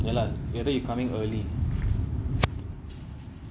ya lah maybe you coming early